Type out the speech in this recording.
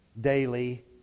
daily